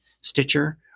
Stitcher